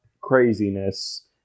craziness